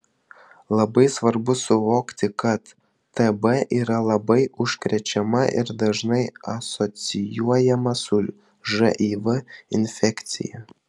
labai svarbu suvokti kad tb yra labai užkrečiama ir dažnai asocijuojama su živ infekcija